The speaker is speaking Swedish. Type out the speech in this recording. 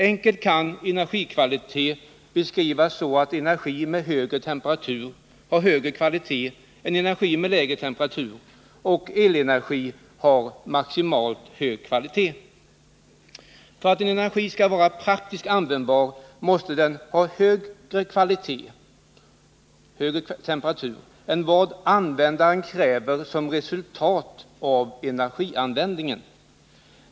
Enkelt kan energikvalitet beskrivas så, att energi med högre temperatur har högre kvalitet än energi med lägre temperatur. Elenergi har maximalt hög kvalitet. För att energi skall vara praktiskt användbar måste den ha högre kvalitet, dvs. högre temperatur, än vad användaren kräver som resultat av energianvändningen.